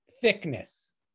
thickness